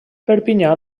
perpinyà